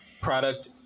product